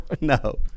No